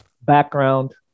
Background